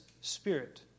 Spirit